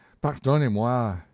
pardonnez-moi